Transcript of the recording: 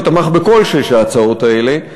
שתמך בכל שש ההצעות האלה,